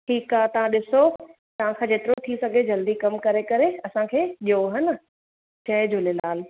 ठीकु आहे तव्हां ॾिसो तव्हां खां जेतिरो थी सघे जल्दी कमु करे करे असांखे ॾियो हन जय झूलेलाल